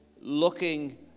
looking